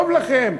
טוב לכם.